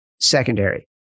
secondary